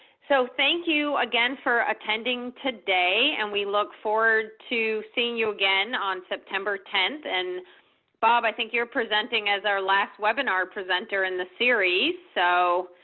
so thank you again for attending today. and we look forward to seeing you again on september tenth. and bob, i think you're presenting as our last webinar presenter in the series. so,